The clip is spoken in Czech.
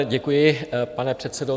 Děkuji, pane předsedo.